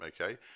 okay